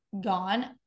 gone